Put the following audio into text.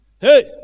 Hey